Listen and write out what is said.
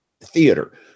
theater